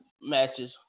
matches